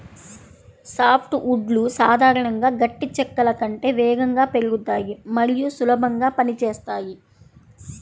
soft వుడ్లు సాధారణంగా గట్టి చెక్కల కంటే వేగంగా పెరుగుతాయి మరియు సులభంగా పని చేస్తాయి